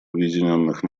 объединенных